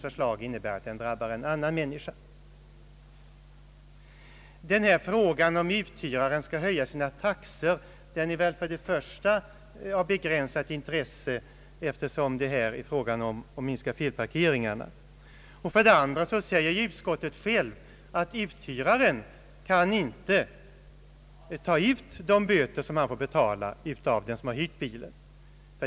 Frågan om att uthyraren skall höja sina taxor är väl för det första av begränsat intresse, eftersom det här är fråga om att minska felparkeringarna, och för det andra säger även utskottet att uthyraren inte kan ta ut de böter som han får betala av den som hyrt bilen.